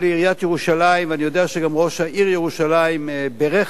אני יודע שראש העיר ירושלים בירך על החוק הזה,